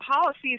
policies